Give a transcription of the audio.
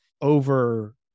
over